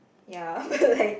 ya but like